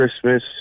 Christmas